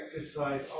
exercise